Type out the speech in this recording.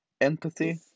empathy